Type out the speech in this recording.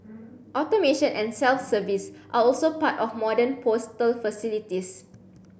automation and self service are also part of modern postal facilities